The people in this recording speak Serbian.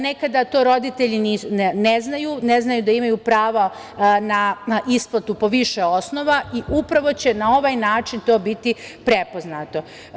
Nekada to roditelji ne znaju, ne znaju da imaju pravo na isplatu po više osnova i upravo će na ovaj način to biti prepoznato.